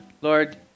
Lord